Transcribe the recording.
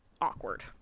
awkward